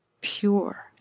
pure